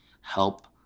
help